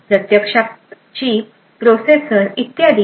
प्रत्यक्षात chip processor इत्यादी